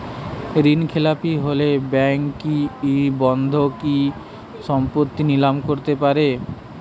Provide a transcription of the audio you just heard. ঋণখেলাপি হলে ব্যাঙ্ক কি বন্ধকি সম্পত্তি নিলাম করতে পারে?